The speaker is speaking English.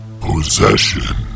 Possession